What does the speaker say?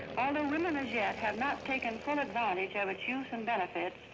although women as yet have not taken advantage of its use and benefits,